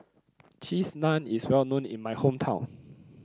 Cheese Naan is well known in my hometown